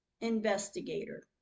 investigator